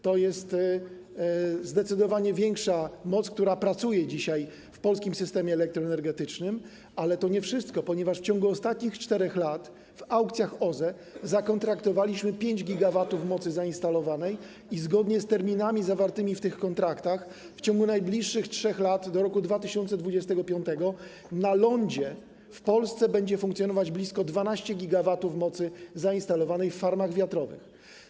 To jest zdecydowanie większa moc, która pracuje dzisiaj w polskim systemie elektroenergetycznym, ale to nie wszystko, ponieważ w ciągu ostatnich 4 lat w aukcjach OZE zakontraktowaliśmy 5 GW mocy zainstalowanej i zgodnie z terminami zawartymi w tych kontraktach w ciągu najbliższych 3 lat, do roku 2025, na lądzie w Polsce będzie funkcjonować blisko 12 GW mocy zainstalowanej w farmach wiatrowych.